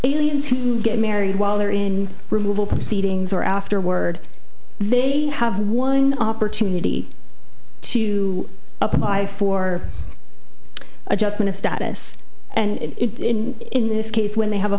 aliens who get married while they're in removal proceedings or afterward they have one opportunity to apply for adjustment of status and in this case when they have a